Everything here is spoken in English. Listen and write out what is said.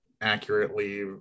accurately